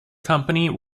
company